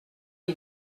les